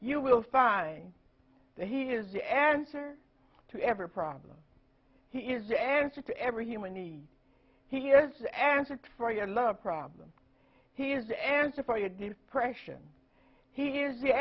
you will find that he is the answer to every problem he is the answer to every human need he has answered for your love problem he is the answer for your depression he is the